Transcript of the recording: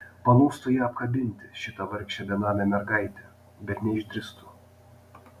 panūstu ją apkabinti šitą vargšę benamę mergaitę bet neišdrįstu